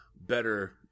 better